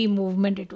movement